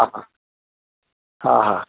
हा हा हा